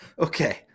Okay